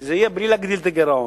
זה יהיה בלי להגדיל את הגירעון.